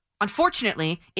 unfortunately